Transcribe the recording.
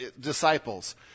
disciples